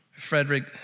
Frederick